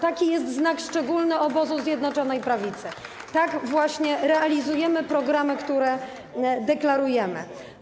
Taki jest znak szczególny obozu Zjednoczonej Prawicy, tak właśnie realizujemy programy, które deklarujemy.